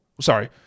Sorry